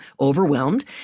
overwhelmed